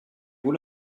vous